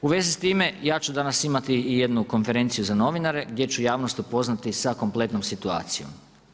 U vezi s time, ja ću danas imati i jednu konferenciju za novinare gdje ću javnost upoznati sa kompletnom situacijom.